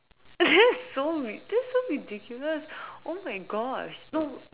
so ri~ this is so ridiculous oh my gosh no